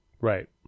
Right